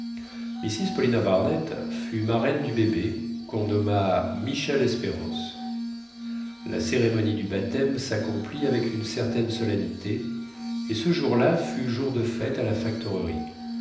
mrs paulina barnett fut marraine du bébé qu'on nomma michelespérance la cérémonie du baptême s'accomplit avec une certaine solennité et ce jour-là fut jour de fête à la